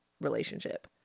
relationship